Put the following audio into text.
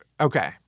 Okay